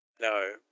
No